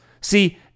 See